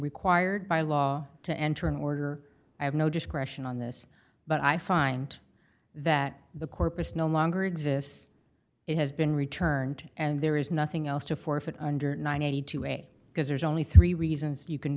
required by law to enter an order i have no discretion on this but i find that the corpus no longer exists it has been returned and there is nothing else to forfeit under nine hundred and two way because there's only three reasons you can